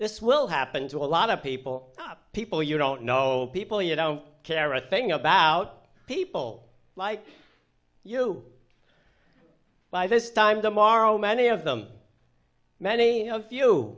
this will happen to a lot of people people you don't know people you don't care a thing about people like you by this time tomorrow many of them many